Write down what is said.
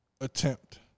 attempt